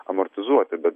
amortizuoti bet